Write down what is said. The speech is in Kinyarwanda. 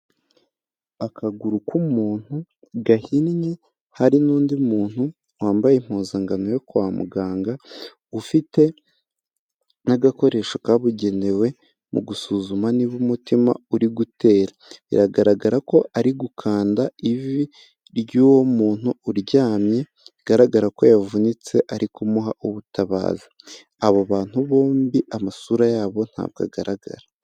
Akaguru k'umuntu gahinnye, hari n'undi muntu wambaye impuzankano yo kwa muganga ufite n'agakoresho kabugenewe mu gusuzuma niba umutima uri gutera, biragaragara ko ari gukanda ivi ry'uwo muntu uryamye bigaragara ko yavunitse ari kumuha ubutabazi, abo bantu bombi amasura yabo ntabwo agaragara.